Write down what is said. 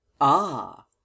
Ah